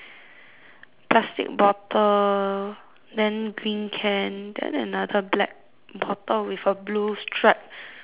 plastic bottle then green can then another black bottle with a blue stripe on it lor